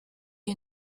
you